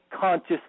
conscious